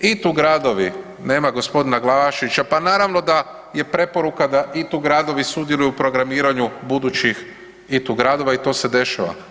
ITU gradovi, nema gospodina Glavaševića, pa naravno da je preporuka da ITU gradovi sudjeluju u programiranju budućih ITU gradova i to se dešava.